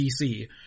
DC